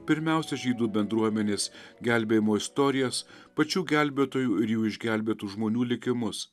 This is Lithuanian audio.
pirmiausia žydų bendruomenės gelbėjimo istorijas pačių gelbėtojų ir jų išgelbėtų žmonių likimus